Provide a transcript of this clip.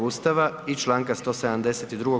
Ustava i članka 172.